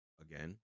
Again